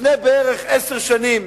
לפני עשר שנים